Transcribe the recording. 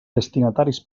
destinataris